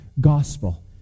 gospel